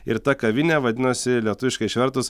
ir ta kavinė vadinasi lietuviškai išvertus